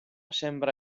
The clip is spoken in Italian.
sembra